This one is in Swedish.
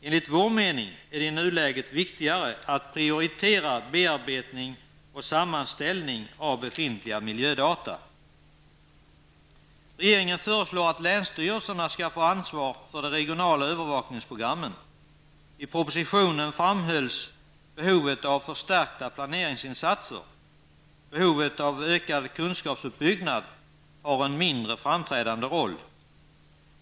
Enligt vår mening är det i nuläget viktigare att prioritera bearbetning och sammanställning av befintliga miljödata. Regeringen föreslår att länsstyrelserna skall få ansvar för de regionala övervakningsprogrammen. I propositionen framhålls behovet av förstärkta planeringsinsatser. Behovet av ökad kunskapsuppbyggnad har en mindre framträdande roll.